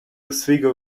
oswego